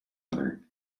other